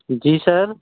जी sir